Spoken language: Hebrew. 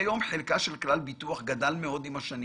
כיום חלקה של כלל ביטוח גדל מאוד עם השנים